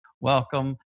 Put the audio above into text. Welcome